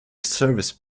service